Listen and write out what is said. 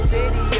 City